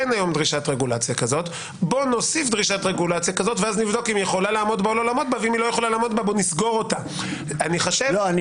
עוד לפני שנותרנו עם עמותה אחת, היו